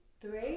Three